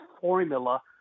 formula